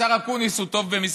השר אקוניס, הוא טוב במספרים,